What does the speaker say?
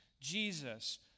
Jesus